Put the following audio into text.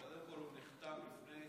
קודם כול, הוא נחתם לפני